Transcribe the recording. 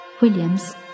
williams